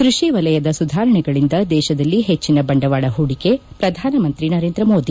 ಕೃಷಿ ವಲಯದ ಸುಧಾರಣೆಗಳಿಂದ ದೇಶದಲ್ಲಿ ಹೆಚ್ಚಿನ ಬಂಡವಾಳ ಹೂಡಿಕೆ ಶ್ರಧಾನಮಂತ್ರಿ ನರೇಂದ್ರವೋದಿ